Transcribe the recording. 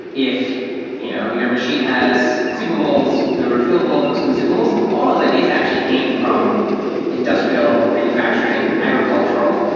if you know your machine has consumables, the refillable of those consumables, all those ideas actually came from industrial manufacturing, agricultural,